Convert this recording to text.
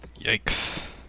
yikes